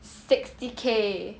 sixty K